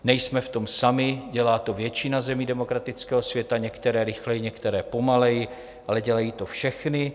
Nejsme v tom sami, dělá to většina zemí demokratického světa, některé rychleji, některé pomaleji, ale dělají to všechny.